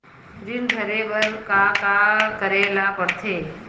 ऋण भरे बर का का करे ला परथे?